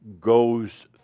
goes